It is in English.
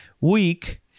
week